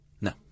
No